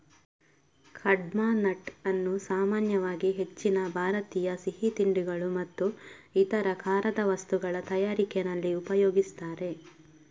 ಕಡ್ಪಾಹ್ನಟ್ ಅನ್ನು ಸಾಮಾನ್ಯವಾಗಿ ಹೆಚ್ಚಿನ ಭಾರತೀಯ ಸಿಹಿ ತಿಂಡಿಗಳು ಮತ್ತು ಇತರ ಖಾರದ ವಸ್ತುಗಳ ತಯಾರಿಕೆನಲ್ಲಿ ಉಪಯೋಗಿಸ್ತಾರೆ